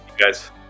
guys